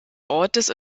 ortes